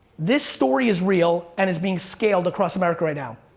this story is real and is being scaled across america right now.